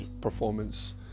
performance